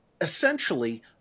essentially